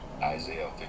Isaiah